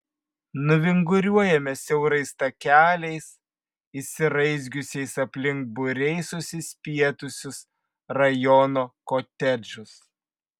nuvinguriuojame siaurais takeliais išsiraizgiusiais aplink būriais susispietusius rajono kotedžus